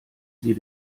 sie